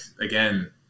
again